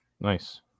Nice